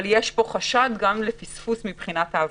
אבל כן יש פה חשד לפספוס מבחינת ההבחנה.